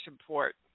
support